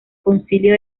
concilio